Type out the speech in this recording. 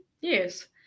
yes